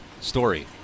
story